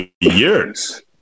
years